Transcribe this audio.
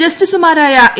ജസ്റ്റിസുമാരായ എ